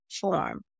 form